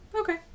Okay